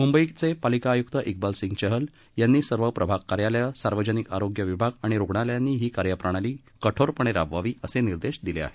मूंबईचे पालिका आय्क्त इकबाल सिंग चहल यांनी सर्व प्रभाग कार्यालय सार्वजनिक आरोग्य विभाग आणि रुग्णालयांनी ही कार्यप्रणाली कठोरपणे राबवावी असे निर्देश दिले आहेत